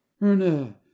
Erna